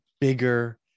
bigger